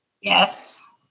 yes